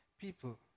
people